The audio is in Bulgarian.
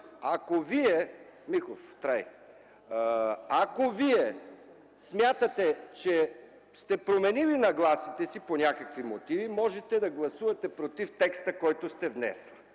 Ако смятате, че сте променили нагласите си по някакви мотиви, можете да гласувате против текста, който сте внесли,